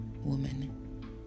woman